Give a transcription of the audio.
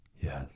Yes